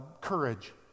courage